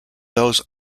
these